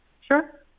Sure